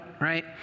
right